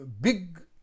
big